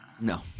No